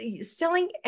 Selling